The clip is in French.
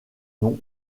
noms